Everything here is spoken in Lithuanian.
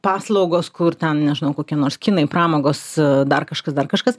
paslaugos kur ten nežinau kokie nors kinai pramogos dar kažkas dar kažkas